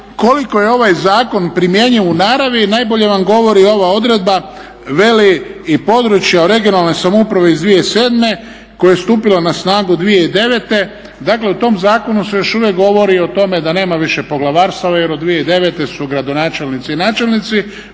kolik je ovaj zakon primjenjiv u naravi najbolje vam govori ova odredba veli i područja o regionalnoj samoupravi iz 2007.koja je stupila na snagu 2009., dakle u tom zakonu se još uvijek govori o tome da nema više poglavarstava jer od 2009.su gradonačelnici i načelnici,